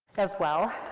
as well.